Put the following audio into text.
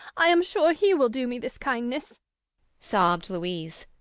i am sure he will do me this kindness sobbed louise.